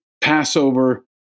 Passover